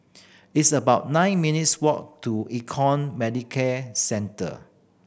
it's about nine minutes' walk to Econ Medicare Centre